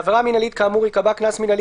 לעבירה מינהלית כאמור ייקבע קנס מינהלי